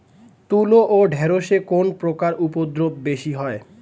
তুলো ও ঢেঁড়সে কোন পোকার উপদ্রব বেশি হয়?